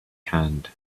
hand